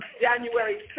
January